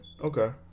Okay